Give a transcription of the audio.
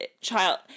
child